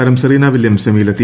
താരം Serena Williams സെമിയിലെത്തി